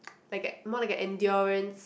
like a more like a endurance